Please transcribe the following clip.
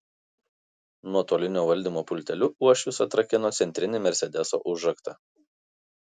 nuotolinio valdymo pulteliu uošvis atrakino centrinį mersedeso užraktą